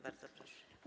Bardzo proszę.